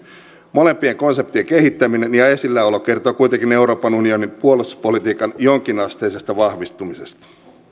molempien konseptien kehittäminen ja esilläolo kertovat kuitenkin euroopan unionin puolustuspolitiikan jonkinasteisesta vahvistumisesta